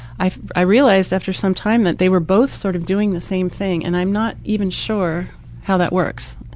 i i realized after some time that they were both sort of doing the same thing and i'm not even sure how that works.